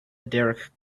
derek